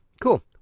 Cool